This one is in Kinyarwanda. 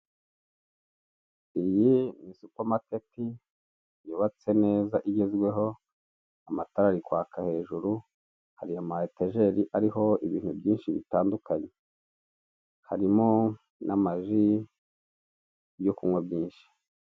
Umugore w'inzobe wambaye amadarubindi ufite imisatsi miremire yumukara wambaye amaherena wambaye ikoti ry'umukara n'agapira imbere wambaye ipantaro y'umukara n'ikayi iriho mumabara y'ubururu ndetse yicaye ku ntebe yumweru imbere yiwe hateretse indangurura majwi y'umukara.